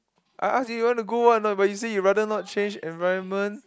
I ask him to go want a not you said you rather not change environment